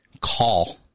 Call